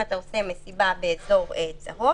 אם אתה עושה מסיבה באזור ירוק,